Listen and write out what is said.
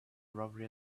robbery